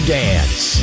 dance